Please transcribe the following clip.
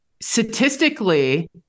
statistically